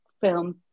film